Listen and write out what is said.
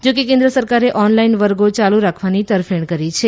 જોકે કેન્દ્ર સરકારે ઓનલાઇન વર્ગો યાલુ રાખવાની તરફેણ કરી છે